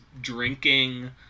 drinking